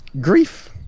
grief